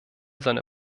seine